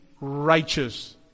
righteous